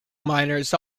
miners